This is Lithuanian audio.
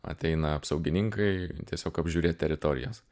ateina apsaugininkai tiesiog apžiūrėt teritorijas